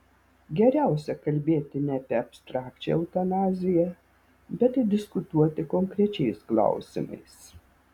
geriausia kalbėti ne apie abstrakčią eutanaziją bet diskutuoti konkrečiais klausimais